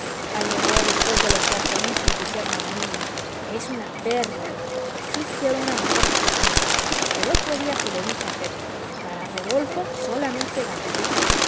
agregó después de elogiar con mucho entusiasmo a la niña es una perla así quiero una mujer para tí el otro día se lo dije a pepa para rodolfo solamente gabrielita